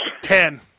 Ten